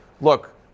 look